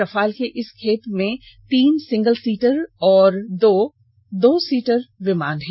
Rafale के इस खेप में तीन सिंगल सीटर और दो दो सीटर विमान हैं